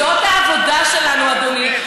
זאת העבודה שלנו, אדוני.